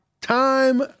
Time